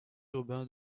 urbain